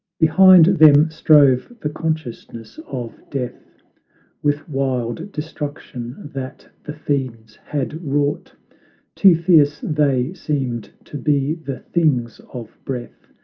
behind them strove the consciousness of death with wild destruction that the fiends had wrought too fierce they seemed to be the things of breath,